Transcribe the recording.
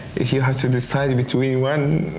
if you have to decide between one,